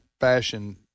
fashion